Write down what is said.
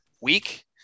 week